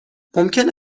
ممکن